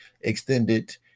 extended